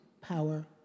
power